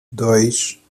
dois